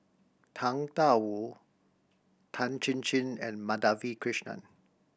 Tang Da Wu Tan Chin Chin and Madhavi Krishnan